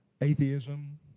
atheism